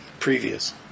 previous